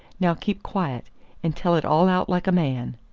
now keep quiet, and tell it all out like a man.